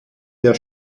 der